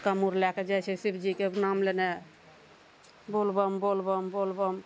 कावर लए कऽ जाइ छै शिवजीके नाम लेने बोलबम बोलबम बोलबम